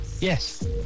Yes